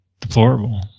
deplorable